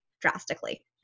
drastically